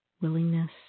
Willingness